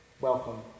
Welcome